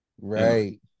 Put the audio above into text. Right